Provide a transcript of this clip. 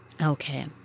Okay